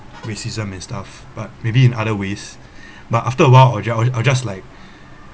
racism and stuff but maybe in other ways but after awhile or ju~ or just like